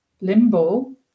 limbo